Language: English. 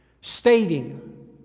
stating